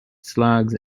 slugs